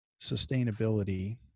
sustainability